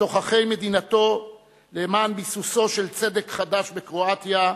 בתוככי מדינתו למען ביסוסו של "צדק חדש" בקרואטיה,